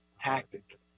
tactic